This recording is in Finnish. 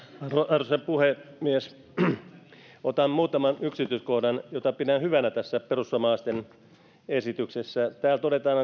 arvoisa puhemies otan muutaman yksityiskohdan joita pidän hyvinä tässä perussuomalaisten esityksessä täällä todetaan